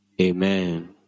Amen